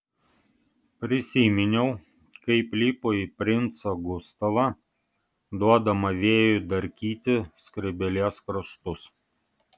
prisiminiau kaip lipo į princą gustavą duodama vėjui darkyti skrybėlės kraštus